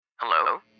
Hello